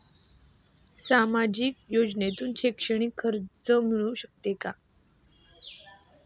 सामाजिक योजनेतून शैक्षणिक कर्ज मिळू शकते का?